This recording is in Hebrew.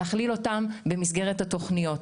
להכליל אותם במסגרת התוכניות,